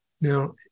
Now